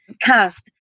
cast